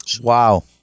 Wow